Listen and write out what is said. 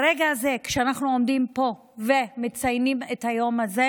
ברגע זה, כשאנחנו עומדים פה ומציינים את היום הזה,